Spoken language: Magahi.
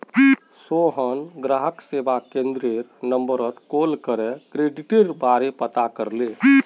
सोहन ग्राहक सेवा केंद्ररेर नंबरत कॉल करे क्रेडिटेर बारा पता करले